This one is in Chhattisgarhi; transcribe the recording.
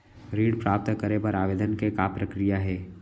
ऋण प्राप्त करे बर आवेदन के का प्रक्रिया हे?